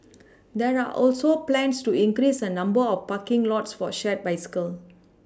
there are also plans to increase the number of parking lots for shared bicycles